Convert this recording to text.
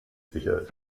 sicher